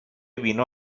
vino